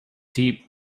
deep